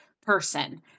person